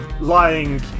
lying